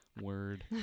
Word